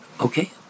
okay